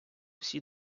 всі